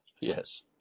yes